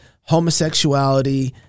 homosexuality